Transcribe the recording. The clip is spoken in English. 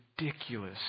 ridiculous